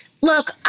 look